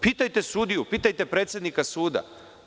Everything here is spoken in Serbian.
Pitajte sudiju, pitajte predsednika suda.